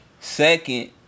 Second